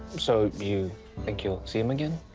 so you think you'll see him again?